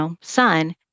son